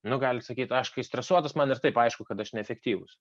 nu gali sakyt aš kai stresuotas man ir taip aišku kad aš neefektyvus